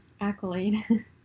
accolade